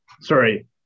Sorry